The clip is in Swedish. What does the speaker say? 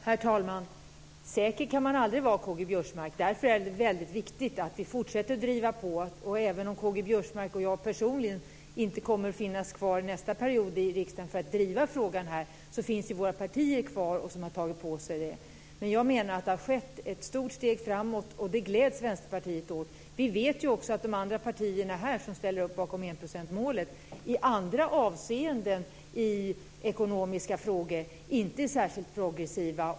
Herr talman! Säker kan man aldrig vara, K-G Biörsmark. Därför är det väldigt viktigt att vi fortsätter att driva på, och även om K-G Biörsmark och jag personligen inte kommer att finnas kvar under nästa period i riksdagen för att driva frågan finns våra partier kvar som har tagit på sig det. Men jag menar att man har tagit ett stort steg framåt, och det gläds Vi vet också att de andra partierna, som ställer upp bakom enprocentsmålet, i andra avseenden i ekonomiska frågor inte är särskilt progressiva.